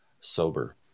sober